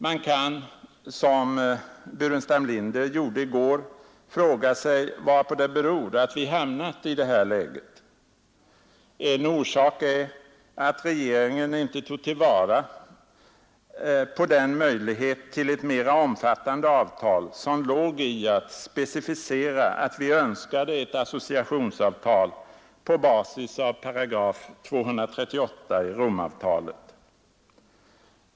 Man kan, som herr Burenstam Linder gjorde i går, fråga sig varpå det beror att vi hamnat i detta läge. En orsak är att regeringen inte tog till vara den möjlighet till ett mera omfattande avtal, som låg i att specificera att vi önskade ett associationsavtal på basis av § 238 i Romavtalet.